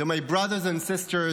To my brothers and sisters,